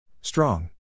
Strong